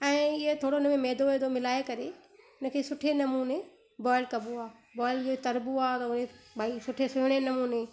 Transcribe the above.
ऐं ईअं थोरो उन में मैदो वैदो मिलाए करे उन खे सुठे नमूने बॉल कबो आहे बॉल खे तरिबो आहे भई सुठे नमूने